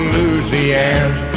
Louisiana